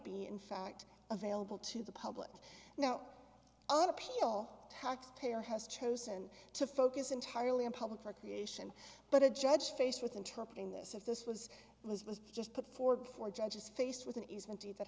be in fact available to the public now on appeal tax payer has chosen to focus entirely on public for creation but a judge faced with interrupting this if this was was was just put forward before a judge is faced with an easement to it that